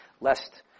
lest